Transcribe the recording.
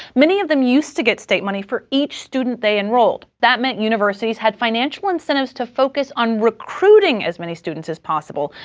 many of them used to get state money for each student they enrolled. that meant universities had financial incentives to focus on recruiting as many students as possible,